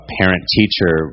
parent-teacher